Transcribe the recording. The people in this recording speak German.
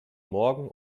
morgen